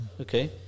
okay